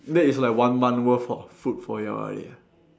that is like one month worth of food for you all already ah